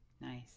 nice